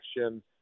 action